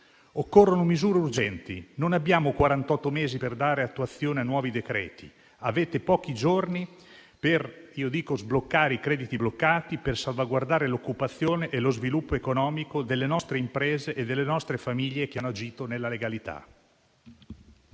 Occorrono misure urgenti. Non abbiamo quarantotto mesi per dare attuazione ai nuovi decreti, ma avete pochi giorni per sbloccare, dico io, i crediti bloccati e salvaguardare l'occupazione e lo sviluppo economico delle nostre imprese e delle nostre famiglie che hanno agito nella legalità.